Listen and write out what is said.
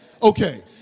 Okay